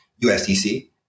USDC